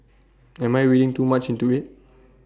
am I reading too much into IT